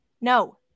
No